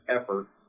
effort